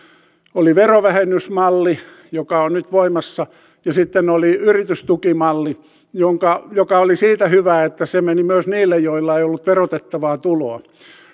oli verovähennysmalli joka on nyt voimassa ja sitten oli yritystukimalli joka oli siitä hyvä että se meni myös niille joilla ei ollut verotettavaa tuloa